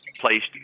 placed